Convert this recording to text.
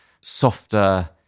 softer